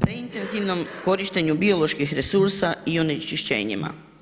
preintenzivnom korištenju bioloških resursa i onečišćenjima.